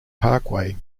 parkway